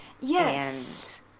Yes